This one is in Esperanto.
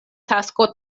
tasko